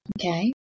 Okay